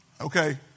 Okay